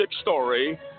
story